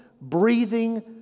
breathing